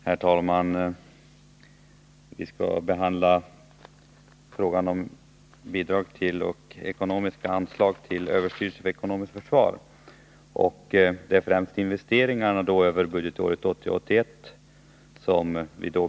Herr talman! Vi skall behandla frågan om anslag till överstyrelsen för ekonomiskt försvar, främst investeringarna under budgetåret 1980/81.